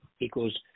equals